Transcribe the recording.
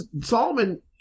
Solomon